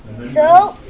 so,